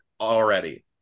already